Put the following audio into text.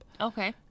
Okay